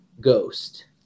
ghost